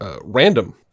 random